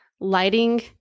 lighting